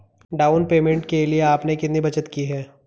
Down payment के लिए आपने कितनी बचत की है?